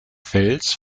fels